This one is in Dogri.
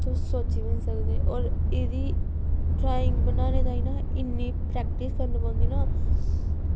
तुस सोची निं सकदे होर एह्दी ड्राईंग बनाने ताईं इन्नी प्रैक्टिस करनी पौंदी ना